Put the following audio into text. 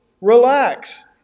relax